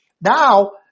Now